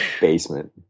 basement